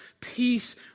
peace